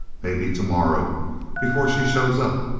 may be tomorrow before she shows up.